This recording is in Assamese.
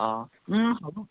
অঁ হ'ব